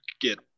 get